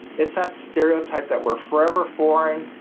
it's that stereotype that were forever foreign,